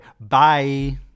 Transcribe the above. bye